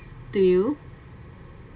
to you